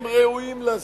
הם ראויים לזה.